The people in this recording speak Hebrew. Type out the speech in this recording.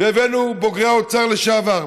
והבאנו את בוגרי האוצר לשעבר,